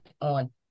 on